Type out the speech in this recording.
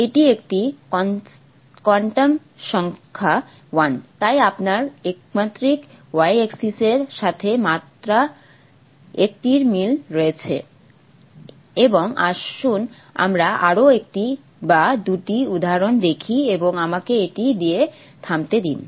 এটি একটি কোয়ান্টাম সংখ্যা 1 তাই আপনার একমাত্রিক y এক্সিস এর সাথে মাত্র 1 টির মিল রয়েছে এবং আসুন আমরা আরও একটি বা দুটি উদাহরণ দেখি এবং আমাকে এটি দিয়ে থামতে দিন